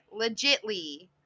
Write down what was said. legitly